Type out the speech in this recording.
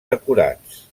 decorats